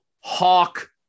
Hawk